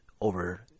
over